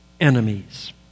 enemies